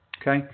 Okay